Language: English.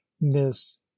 miss